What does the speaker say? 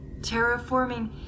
Terraforming